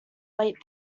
late